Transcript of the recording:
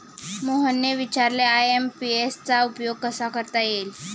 मोहनने विचारले आय.एम.पी.एस चा उपयोग कसा करता येईल?